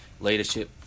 leadership